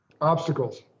Obstacles